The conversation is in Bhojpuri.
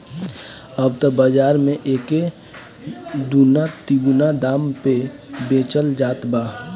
अब त बाज़ार में एके दूना तिगुना दाम पे बेचल जात बा